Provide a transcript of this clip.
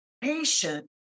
patient